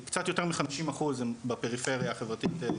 קצת יותר מ-50 אחוז הם בפריפריה החברתית-גאוגרפית,